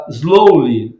slowly